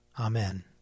Amen